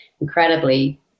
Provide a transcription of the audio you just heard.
incredibly